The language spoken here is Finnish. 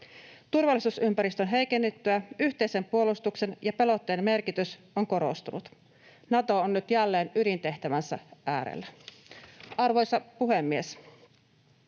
Turvallisuusympäristön heikennyttyä yhteisen puolustuksen ja pelotteen merkitys on korostunut. Nato on nyt jälleen ydintehtävänsä äärellä. Arvoisa puhemies!